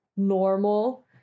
normal